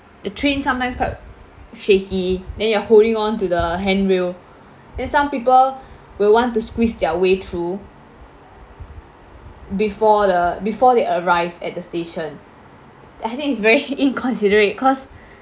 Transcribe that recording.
the train sometimes quite shaky then you are holding on to the handrail then some people will want to squeeze their way through before the before they arrive at the station I think it's very inconsiderate cause